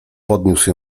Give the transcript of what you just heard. podniósł